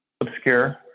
obscure